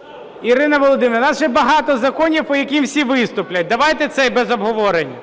у залі) Ірино Володимирівно, у нас ще багато законів, по яким всі виступлять. Давайте цей без обговорення.